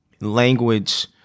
language